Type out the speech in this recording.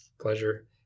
pleasure